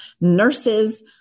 nurses